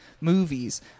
movies